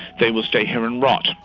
they will stay here and rot.